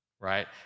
right